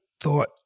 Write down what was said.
thought